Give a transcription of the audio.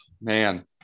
Man